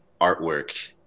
artwork